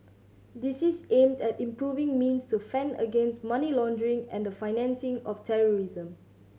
this is aimed at improving means to fend against money laundering and the financing of terrorism